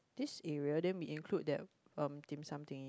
this area then we include that um dim sum thing